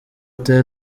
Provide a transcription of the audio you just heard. tyler